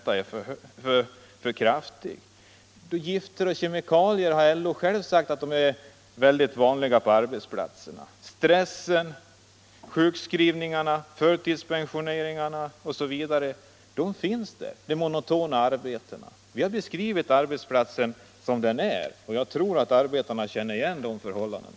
LO har själv sagt att gifter och kemikalier är mycket vanliga på arbetsplatserna. Stressen, sjukskrivningarna, förtidspensioneringarna och de monotona arbetena är realiteter. Vi har beskrivit arbetsplatserna som de är, och jag tror att arbetarna känner igen de förhållandena.